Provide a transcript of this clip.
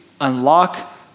unlock